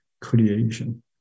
creation